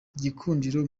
gikundiro